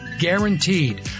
Guaranteed